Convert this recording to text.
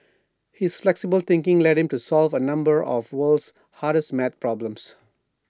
his flexible thinking led him to solve A number of the world's hardest math problems